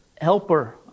helper